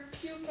puke